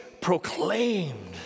proclaimed